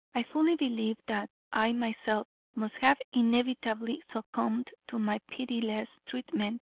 i fully believe that i myself must have inevitably succumbed to my pitiless treatment,